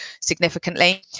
significantly